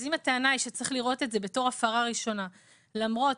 אז אם הטענה היא שצריך לראות את זה כהפרה ראשונה למרות